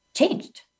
Changed